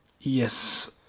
yes